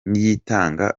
niyitanga